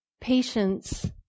patience